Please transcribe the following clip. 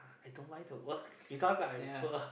I don't mind to work because I am poor